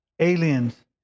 aliens